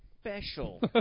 special